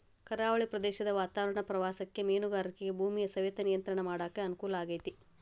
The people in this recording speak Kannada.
ಕರಾವಳಿ ಪ್ರದೇಶದ ವಾತಾವರಣ ಪ್ರವಾಸಕ್ಕ ಮೇನುಗಾರಿಕೆಗ ಭೂಮಿಯ ಸವೆತ ನಿಯಂತ್ರಣ ಮಾಡಕ್ ಅನುಕೂಲ ಆಗೇತಿ